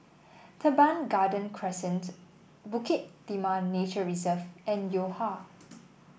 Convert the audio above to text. Teban Garden Crescent Bukit Timah Nature Reserve and Yo Ha